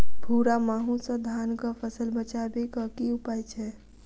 भूरा माहू सँ धान कऽ फसल बचाबै कऽ की उपाय छै?